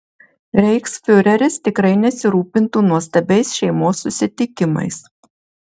reichsfiureris tikrai nesirūpintų nuostabiais šeimos susitikimais